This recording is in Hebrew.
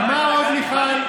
ועכשיו מה עוד, מיכל?